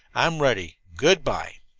i'm ready. good-by!